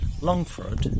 Longford